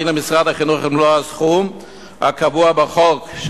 למשרד החינוך את מלוא הסכום הקבוע בחוק,